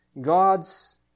God's